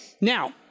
Now